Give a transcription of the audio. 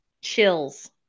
Chills